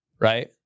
right